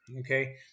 Okay